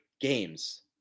games